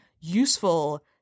useful